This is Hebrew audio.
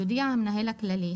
יודיע המנהל הכללי,